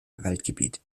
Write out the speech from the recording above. waldgebiet